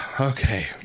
Okay